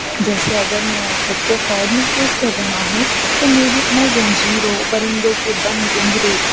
جیسے اگر میں خود کو قید محسوس کر رہا ہوں تو میری میں زنجیروں پرندوں کے بند پنجرے